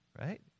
right